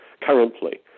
currently